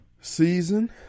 season